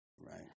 right